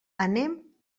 anem